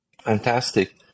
Fantastic